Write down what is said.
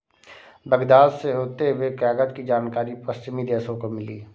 Baghdad से होते हुए कागज की जानकारी पश्चिमी देशों को मिली